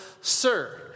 sir